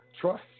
Trust